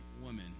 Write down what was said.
woman